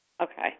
Okay